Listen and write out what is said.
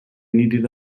needed